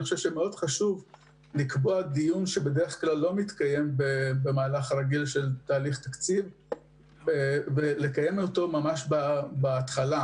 כדאי לקבוע דיון שלא מתקיים בדרך כלל ולקיים אותו בהתחלה.